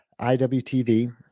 IWTV